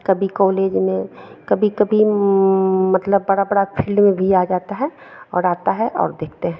कभी कोलेज में कभी कभी मतलब बड़ा बड़ा फिल्ड में भी आ जाता है और आता है और देखते हैं